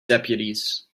deputies